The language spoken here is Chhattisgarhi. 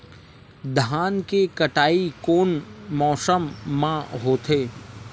धान के कटाई कोन मौसम मा होथे?